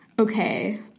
okay